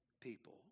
people